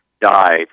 died